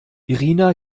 irina